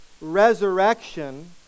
resurrection